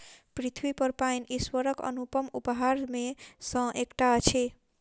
पृथ्वीपर पाइन ईश्वरक अनुपम उपहार मे सॅ एकटा अछि